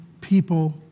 people